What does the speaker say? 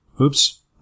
Oops